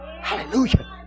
Hallelujah